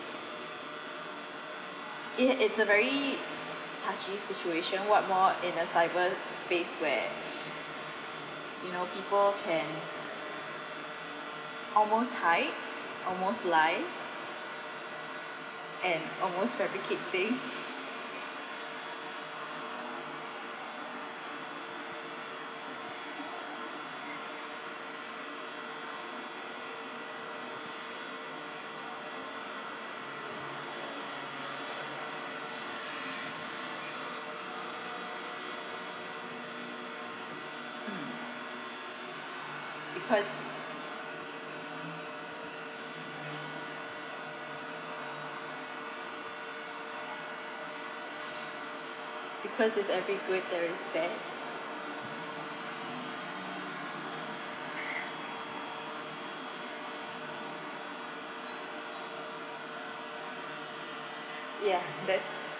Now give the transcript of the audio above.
it is a very touchy situation what more in a cyberspace where you know people can almost hide almost lie and almost replicate things because because with every good there is bad ya that's